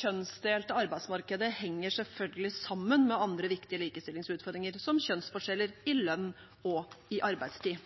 kjønnsdelte arbeidsmarkedet henger selvfølgelig sammen med andre viktige likestillingsutfordringer, som kjønnsforskjeller i lønn og arbeidstid.